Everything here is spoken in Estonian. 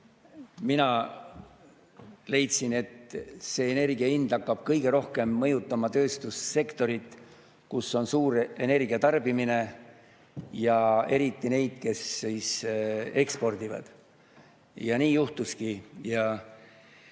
mina leidsin, et see energia hind hakkab kõige rohkem mõjutama tööstussektorit, kus on suur energiatarbimine, ja eriti neid, kes ekspordivad. Ja nii juhtuski.